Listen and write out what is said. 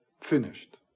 finished